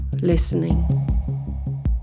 listening